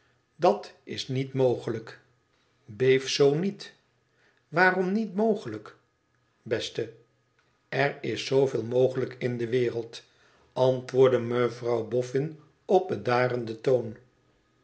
dat is niet mogelijk i t beef zoo niet waarom niet mogelijk beste er is zoo veel mogelijk in de wereld antwoordde mevrouw boffin op oedarenden toon